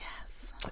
Yes